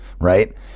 right